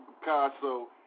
Picasso